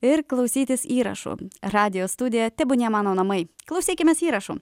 ir klausytis įrašų radijo studiją tebūnie mano namai klausykimės įrašų